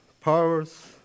powers